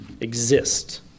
exist